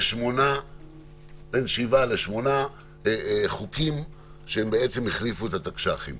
בין שבעה לשמונה חוקים שהחליפו את התקש"חים,